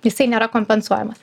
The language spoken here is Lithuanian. jisai nėra kompensuojamas